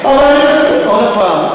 עוד הפעם,